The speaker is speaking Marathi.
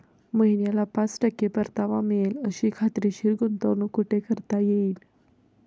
महिन्याला पाच टक्के परतावा मिळेल अशी खात्रीशीर गुंतवणूक कुठे करता येईल?